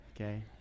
Okay